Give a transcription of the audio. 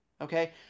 Okay